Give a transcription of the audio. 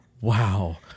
wow